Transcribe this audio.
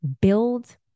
build